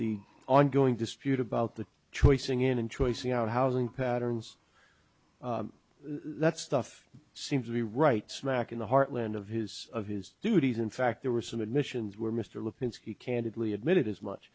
the ongoing dispute about the choice again and choice you know housing patterns that stuff seems to be right smack in the heartland of his of his duties in fact there were some admissions where mr lipinski candidly admitted as much